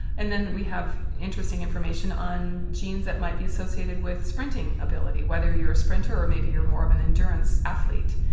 and then we have interesting information on genes that might be associated with sprinting ability whether you're a sprinter or maybe you are more of an endurance athlete.